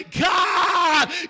God